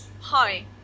hi